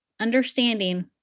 Understanding